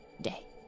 day